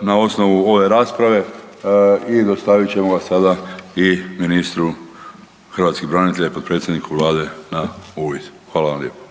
na osnovu ove rasprave i dostavit ćemo ga sada i ministru hrvatskih branitelja i potpredsjedniku Vlade na uvid. Hvala vam lijepo.